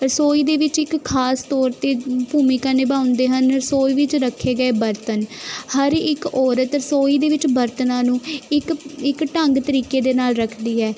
ਰਸੋਈ ਦੇ ਵਿੱਚ ਇੱਕ ਖ਼ਾਸ ਤੌਰ 'ਤੇ ਭੂਮਿਕਾ ਨਿਭਾਉਂਦੇ ਹਨ ਰਸੋਈ ਵਿੱਚ ਰੱਖੇ ਗਏ ਬਰਤਨ ਹਰ ਇੱਕ ਔਰਤ ਰਸੋਈ ਦੇ ਵਿੱਚ ਬਰਤਨਾਂ ਨੂੰ ਇੱਕ ਇੱਕ ਢੰਗ ਤਰੀਕੇ ਦੇ ਨਾਲ ਰੱਖਦੀ ਹੈ